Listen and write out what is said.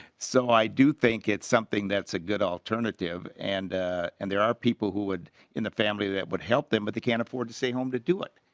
so i do think it's something that's a good alternative and and there are people who would in the family that would help them with the can't afford to save him to do it.